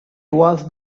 was